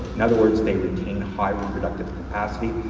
in other words, they retain high reproductive capacity.